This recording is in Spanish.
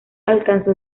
alcanzó